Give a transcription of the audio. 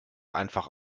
einfach